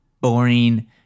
boring